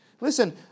Listen